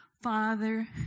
Father